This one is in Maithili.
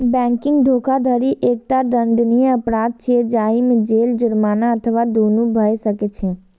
बैंकिंग धोखाधड़ी एकटा दंडनीय अपराध छियै, जाहि मे जेल, जुर्माना अथवा दुनू भए सकै छै